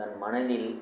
தன் மனதில்